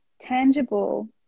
tangible